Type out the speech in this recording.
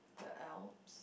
the alps